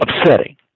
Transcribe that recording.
upsetting